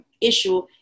issue